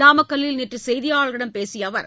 நாமக்கல்லில் நேற்று செய்தியாளர்களிடம் பேசிய அவர்